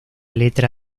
letra